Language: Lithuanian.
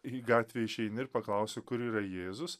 į gatvę išeini ir paklausi kur yra jėzus